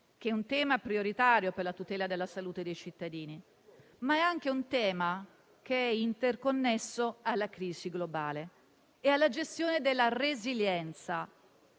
che è un tema prioritario per la tutela della salute dei cittadini, ma è anche un tema interconnesso alla crisi globale e alla gestione della resilienza.